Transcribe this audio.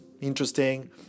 interesting